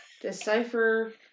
Decipher